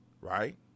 Right